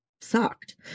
sucked